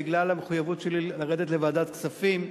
בגלל המחויבות שלי לרדת לוועדת כספים.